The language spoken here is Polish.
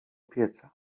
pieca